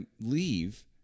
leave